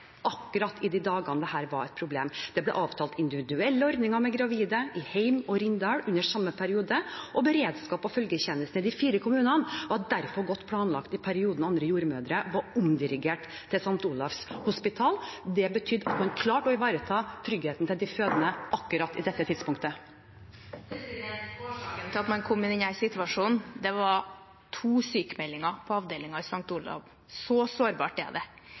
akkurat i de dagene dette var et problem. Det ble avtalt individuelle ordninger med gravide i Heim og Rindal under samme periode, og beredskap og følgetjeneste i de fire kommunene var derfor godt planlagt i perioden da andre jordmødre var omdirigert til St. Olavs hospital. Det betydde at man klarte å ivareta tryggheten til de fødende akkurat på dette tidspunktet. Årsaken til at man kom i denne situasjonen, var to sykmeldinger på avdelingen på St. Olavs hospital. Så sårbart er det.